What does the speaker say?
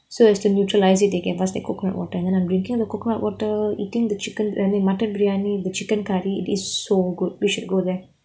so as to neutralise it they can pass you coconut water then I'm drinking the coconut water eating the chicken I mean mutton biryani the chicken curry it is so good we should go there